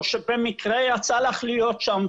שבמקרה יצא לך להיות שם,